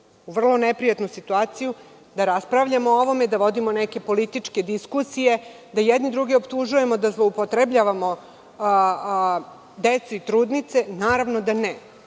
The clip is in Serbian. vrlo neprijatnu situaciju da raspravljamo o ovome, da vodimo neke političke diskusije, da jedni druge optužujemo, da zloupotrebljavamo decu i trudnice. Naravno da